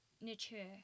Nature